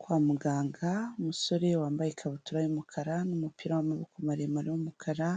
Kwa muganga umusore wambaye ikabutura y'umukara n'umupira w'amaboko maremare w'umukara,